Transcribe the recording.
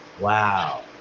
Wow